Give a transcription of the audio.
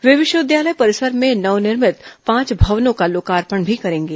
वे विश्वविद्यालय परिसर में नवनिर्मित पांच भवनों का लोकार्पण भी करेंगे